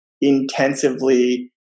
intensively